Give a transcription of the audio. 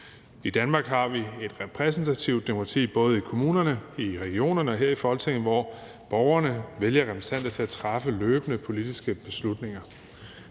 I Danmark har vi et repræsentativt demokrati, både i kommunerne, i regionerne og her i Folketinget, hvor borgerne vælger repræsentanter til at træffe løbende politiske beslutninger.